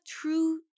true